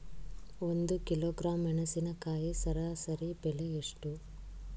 ಒಂದು ಕಿಲೋಗ್ರಾಂ ಮೆಣಸಿನಕಾಯಿ ಸರಾಸರಿ ಬೆಲೆ ಎಷ್ಟು?